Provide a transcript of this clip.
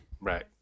Right